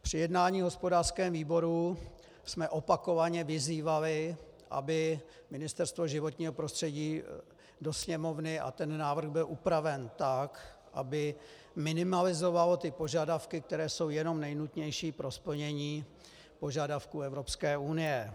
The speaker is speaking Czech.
Při jednání v hospodářském výboru jsme opakovaně vyzývali, aby Ministerstvo životního prostředí do Sněmovny aby ten návrh byl upraven tak, aby se minimalizoval na požadavky, které jsou jenom nejnutnější pro splnění požadavků Evropské unie.